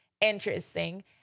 interesting